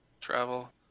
travel